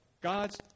God's